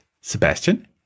Sebastian